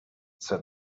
said